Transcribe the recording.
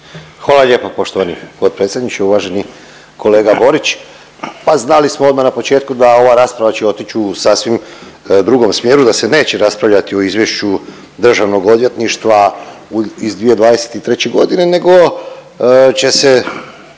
Hvala lijepo poštovani potpredsjedniče. Uvaženi kolega Borić, pa znali smo odma na početku da ova rasprava će otić u sasvim drugom smjeru da se neće raspravljat o izvješću državnog odvjetništva iz 2023.g. nego će se